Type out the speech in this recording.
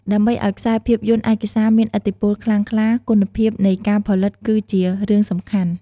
ដើម្បីឱ្យខ្សែភាពយន្តឯកសារមានឥទ្ធិពលខ្លាំងក្លា គុណភាពនៃការផលិតគឺជារឿងសំខាន់។